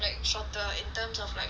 like shorter in terms of like